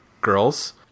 girls